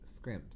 scrimps